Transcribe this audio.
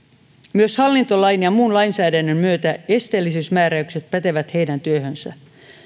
myös hallintolain ja muun lainsäädännön myötä esteellisyysmääräykset pätevät heidän työhönsä